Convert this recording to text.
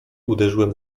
uderzyłem